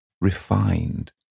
refined